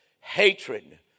hatred